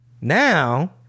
Now